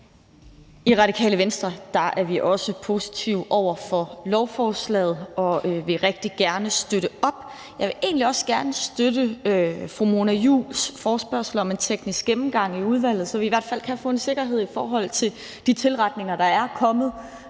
I Radikale Venstre er vi også positive over for lovforslaget og vil rigtig gerne støtte op. Jeg vil egentlig også gerne støtte fru Mona Juuls forespørgsel om en teknisk gennemgang i udvalget, så vi i hvert fald kan få en sikkerhed i forhold til de tilretninger, der er kommet,